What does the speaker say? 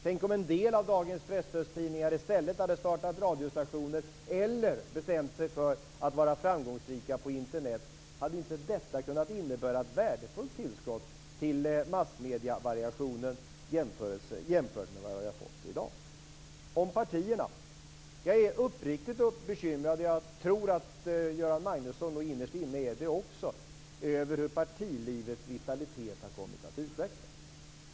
Tänk om en del av dagens presstödstidningar i stället hade startat radiostationer eller bestämt sig för att vara framgångsrika på Internet; hade inte detta kunnat innebära ett värdefullt tillskott till massmedievariationen jämfört med vad vi har fått i dag? Vad gäller partierna är jag uppriktigt bekymrad - och jag tror att Göran Magnusson nog innerst inne är det också - över hur partilivets vitalitet har kommit att utvecklas.